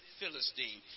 Philistine